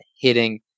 hitting